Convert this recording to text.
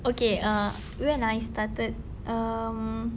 okay err when I started um